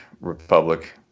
Republic